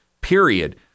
period